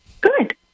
Good